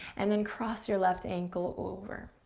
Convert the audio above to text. and then cross your left ankle over,